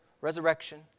resurrection